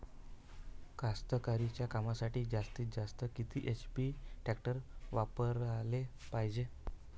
कास्तकारीच्या कामासाठी जास्तीत जास्त किती एच.पी टॅक्टर वापराले पायजे?